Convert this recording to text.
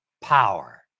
power